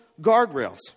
guardrails